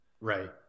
Right